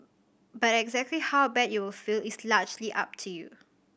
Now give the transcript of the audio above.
but exactly how bad you will feel is largely up to you